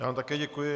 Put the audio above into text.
Já vám také děkuji.